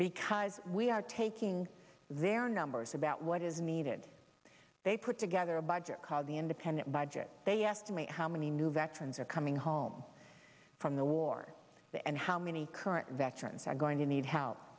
because we are taking their numbers about what is needed they put together a budget called the independent budget they estimate how many new veterans are coming home from the war there and how many current veterans are going to need help